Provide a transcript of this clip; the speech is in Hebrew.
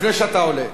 לפני שאתה עולה,